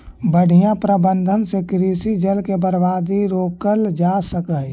बढ़ियां प्रबंधन से कृषि जल के बर्बादी रोकल जा सकऽ हई